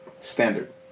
standard